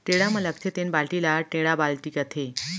टेड़ा म लगथे तेन बाल्टी ल टेंड़ा बाल्टी कथें